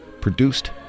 produced